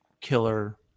killer